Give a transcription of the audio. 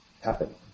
happen